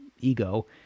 ego